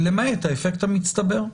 למעט האפקט המצטבר.